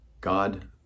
God